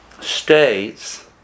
states